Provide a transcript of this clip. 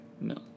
No